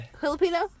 Filipino